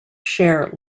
share